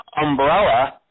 umbrella